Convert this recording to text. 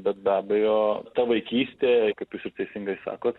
bet be abejo ta vaikystė kaip jūs ir teisingai sakot